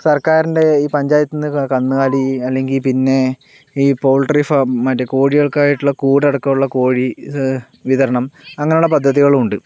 സർക്കാരിൻ്റെ ഈ പഞ്ചായത്ത് നിന്നൊക്കെ ഈ കന്നുകലി അല്ലങ്കിൽ പിന്നെ ഈ പൗൾട്ടറി ഫാം മറ്റ് കോഴികൾക്കായിട്ടുള്ള കൂടടക്കമുള്ള കോഴി വിതരണം അങ്ങനെയുള്ള പദ്ധതികളുണ്ട്